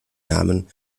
namen